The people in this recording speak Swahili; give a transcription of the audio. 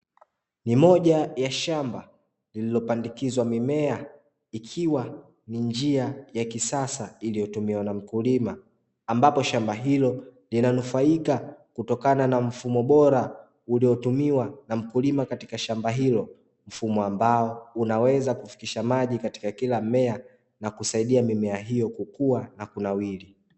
Ni moja ya shamba lililopandikizwa mimea ikiwa ni njia ya kisasa iliyotumiwa na mkulima ambapo shamba hilo linanufaika kutokana na mfumo bora uliotumiwa na mkulima katika shamba hilo, mfumo ambao unaweza kufikisha maji katika kila mmea na kusaidia mimea hiyo kukua na kunawiri